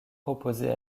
proposé